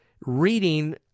reading